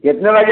कितने बजे